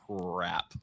crap